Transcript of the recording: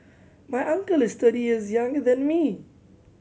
my uncle is thirty years younger than me